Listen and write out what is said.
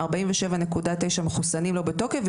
47.9 מחוסנים לא בתוקף,